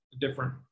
different